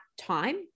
time